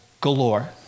galore